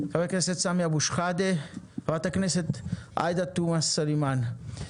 סמי אבו שחאדה וחברת הכנסת עאידה תומא סלימאן.